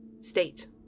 state